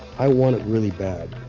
i want it really bad,